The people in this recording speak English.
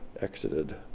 exited